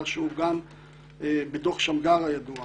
שהוא גם בדוח שמגר הידוע,